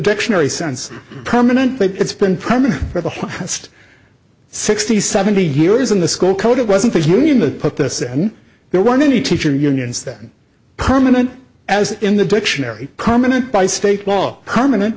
dictionary sense permanent but it's been permanent for the hottest sixty seventy years in the school code it wasn't the union that put this in there weren't any teacher unions then permanent as in the dictionary permanent by state law permanent